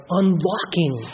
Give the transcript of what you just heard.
unlocking